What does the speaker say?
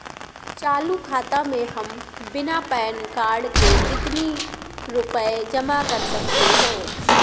चालू खाता में हम बिना पैन कार्ड के कितनी रूपए जमा कर सकते हैं?